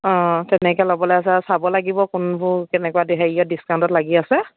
অ' তেনেকৈ ল'বলৈ আছে আৰু চাব লাগিব কোনবোৰ কেনেকুৱা হেৰি অত ডিচকাউন্টত লাগি আছে